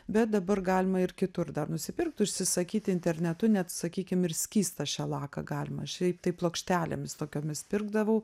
bet dabar galima ir kitur dar nusipirkt užsisakyti internetu net sakykim ir skystą šelaką galima šiaip tai plokštelėmis tokiomis pirkdavau